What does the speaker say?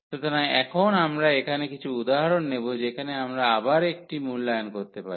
সুতরাং এখন আমরা এখানে কিছু উদাহরণ নেব যেখানে আমরা আবার একটি মূল্যায়ন করতে পারি